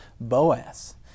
boaz